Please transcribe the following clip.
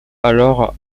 alors